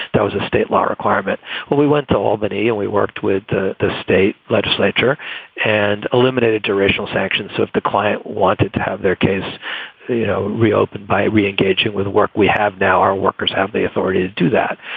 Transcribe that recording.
that was a state law requirement when we went to albany and we worked with the the state legislature and eliminated durational sanctions. so if the client wanted to have their case you know reopened by re-engaging with work, we have now our workers have the authority to do that.